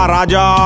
Raja